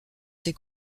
ces